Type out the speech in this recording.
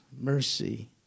mercy